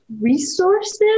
resources